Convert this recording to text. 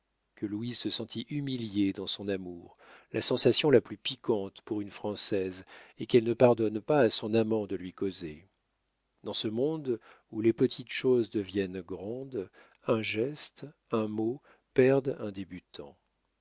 que louise se sentit humiliée dans son amour la sensation la plus piquante pour une française et qu'elle ne pardonne pas à son amant de lui causer dans ce monde où les petites choses deviennent grandes un geste un mot perdent un débutant